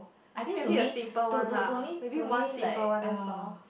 I think maybe a simple one lah maybe one simple one that's all